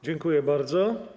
Dziękuję bardzo.